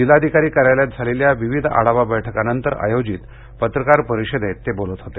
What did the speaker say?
जिल्हाधिकारी कार्यालयात झालेल्या विविध आढावा बैठकांनंतर आयोजित पत्रकार परिषदेत ते बोलत होते